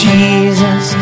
Jesus